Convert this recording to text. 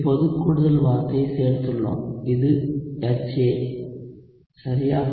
இப்போது கூடுதல் வார்த்தையைச் சேர்த்துள்ளோம் இது HA சரியா